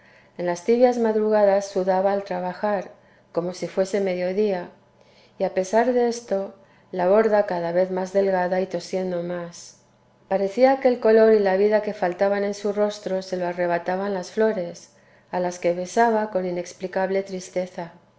en las tibias madrugadas sudaba al trabajar como si fuese mediodía y a pesar de esto la borda cada vez más delgada y tosiendo más parecía que el color y la vida que faltaban en su rostro se lo arrebataban las flores a las que besaba con inexplicable tristeza